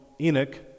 Enoch